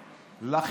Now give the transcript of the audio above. כן, אין.